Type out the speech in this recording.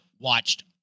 watched